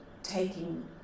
taking